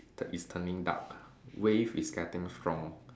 is turning dark wave is getting strong